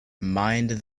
mind